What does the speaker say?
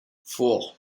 four